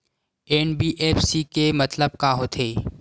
NBFC के मतलब का होथे?